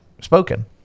spoken